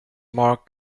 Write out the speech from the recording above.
marc